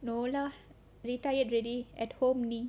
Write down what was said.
no lah retired already at home already